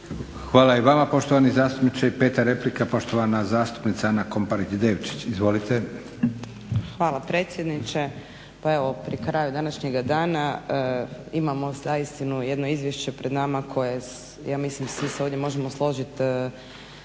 Hvala i vama poštovani zastupniče. I peta replika, poštovana zastupnica Ana Komparić Devčić. Izvolite. **Komparić Devčić, Ana (SDP)** Hvala predsjedniče. Pa evo pri kraju današnjega dana imamo zaistinu jedno izvješće pred nama koje ja mislim svi se ovdje možemo složit